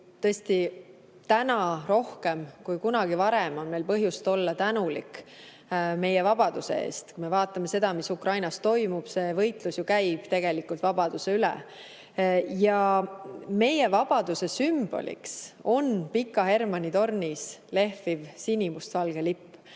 tõesti on täna rohkem kui kunagi varem meil põhjust olla tänulik meie vabaduse eest. Kui me vaatame seda, mis Ukrainas toimub, siis see võitlus käib ju tegelikult vabaduse üle. Meie vabaduse sümboliks on Pika Hermanni tornis lehviv sinimustvalge lipp.